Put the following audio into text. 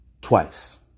Twice